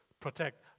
protect